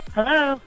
Hello